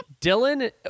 Dylan